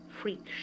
Freak